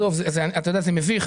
זה מביך,